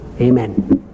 Amen